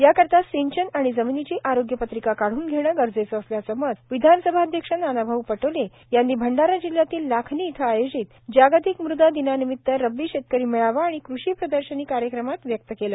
याकरीता सिंचन आणि जमिनीची आरोग्य पत्रिका काढून घेणं गरजेचं असल्याचं मत विधानसभा अध्यक्ष नानाभाऊ पटोले यांनी भंडारा जिल्यातील लाखनी इथं आयोजित जागतिक मृदा दिनानिमित रब्बी शेतकरी मेळावा आणि कृषी प्रदर्शनी कार्यक्रमात व्यक्त केले